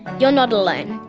you're not alone,